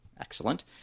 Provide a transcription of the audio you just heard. Excellent